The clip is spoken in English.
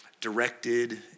directed